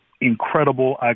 incredible